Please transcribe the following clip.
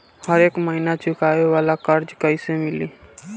हरेक महिना चुकावे वाला कर्जा कैसे मिली?